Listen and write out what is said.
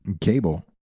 cable